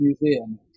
museum